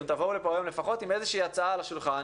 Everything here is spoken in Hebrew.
לפחות עם איזו הצעה על השולחן,